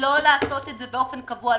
לעשות את זה באופן קבוע,